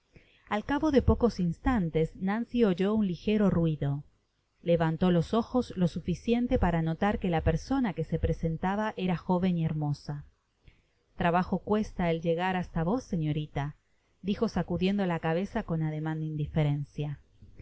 al cabo de pocos instantes nancy oyó un ligero ruido levantó los ojos lo suficiente para notar que la persona que s presentaba ora joven y hermosa trabajo cuesta el llegar hasta vos señorita dijo sacudiendo la cabeza con ademan de indiferencia